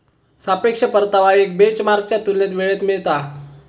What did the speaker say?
सापेक्ष परतावा एक बेंचमार्कच्या तुलनेत वेळेत मिळता